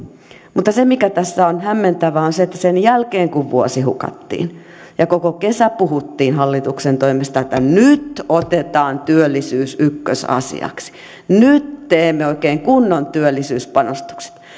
mutta se mikä tässä on hämmentävää on se että sen jälkeen kun vuosi hukattiin ja koko kesä puhuttiin hallituksen toimesta että nyt otetaan työllisyys ykkösasiaksi nyt teemme oikein kunnon työllisyyspanostukset ja